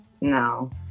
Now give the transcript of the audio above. no